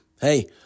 Hey